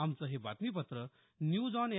आमचं हे बातमीपत्र न्यूज ऑन ए